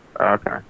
Okay